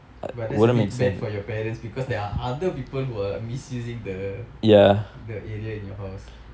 but that's a bit bad for your parents because there are other people who are misusing the the area in your house